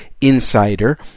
insider